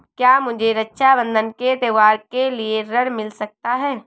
क्या मुझे रक्षाबंधन के त्योहार के लिए ऋण मिल सकता है?